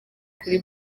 kuri